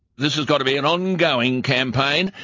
this has got to be on ongoing campaign,